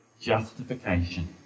justification